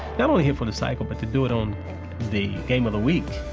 not only hit for the cycle but to do it on the game of the week,